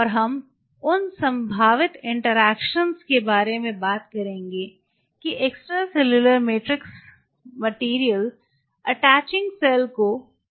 और हम उन संभावित इंटरैक्शन के बारे में बात करेंगे कि एक्स्ट्रासेल्यूलर मैट्रिक्स सामग्री अटैचिंग सेल को क्या प्रदान कर रहे हैं